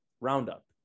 Roundup